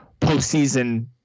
postseason